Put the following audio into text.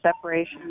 separation